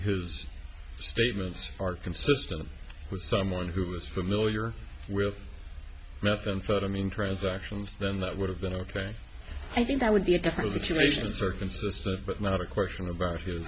his statements are consistent with someone who was familiar with methamphetamine transactions then that would have been ok i think that would be a different situation so consistent but not a question about